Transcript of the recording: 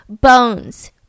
bones